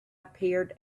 appeared